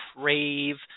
crave